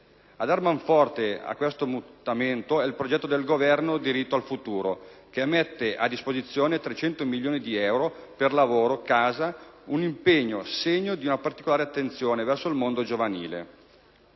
A dar manforte a questo mutamento è il progetto del Governo «Diritto al Futuro», che mette a disposizione 300 milioni di euro per lavoro e casa: un impegno segno di una particolare attenzione verso il mondo giovanile.